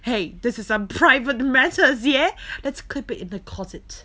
!hey! this is a private matter ya let's keep it in the closet